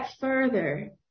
further